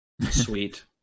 Sweet